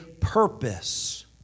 purpose